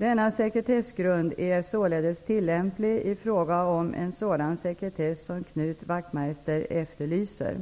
Denna sekretessgrund är således tillämplig i fråga om en sådan sekretess som Knut Wachtmeister efterlyser.